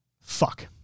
fuck